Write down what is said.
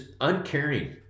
uncaring